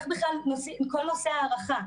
כל נושא ההערכה,